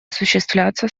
осуществляться